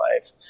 life